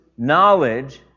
Knowledge